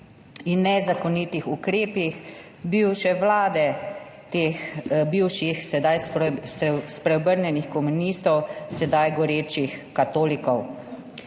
in nezakonitih ukrepih bivše vlade, teh bivših, sedaj spreobrnjenih komunistov, sedaj gorečih katolikov.